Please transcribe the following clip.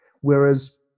Whereas